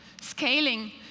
scaling